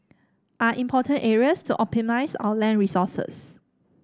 are important areas to optimise our land resources